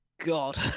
god